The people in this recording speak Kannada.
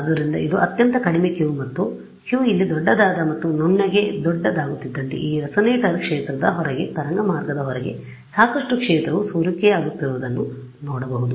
ಆದ್ದರಿಂದ ಇದು ಅತ್ಯಂತ ಕಡಿಮೆ Q ಮತ್ತು Q ಇಲ್ಲಿ ದೊಡ್ಡದಾದ ಮತ್ತು ನುಣ್ಣಗೆ ದೊಡ್ಡದಾಗುತ್ತಿದ್ದಂತೆ ಈ ರೆಸೊನೇಟರ್ ಕ್ಷೇತ್ರದ ಹೊರಗೆ ತರಂಗ ಮಾರ್ಗದ ಹೊರಗೆ ಸಾಕಷ್ಟು ಕ್ಷೇತ್ರವು ಸೋರಿಕೆಯಾಗುತ್ತಿರುವುದನ್ನು ನೋಡಬಹುದು